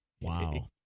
Wow